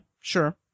sure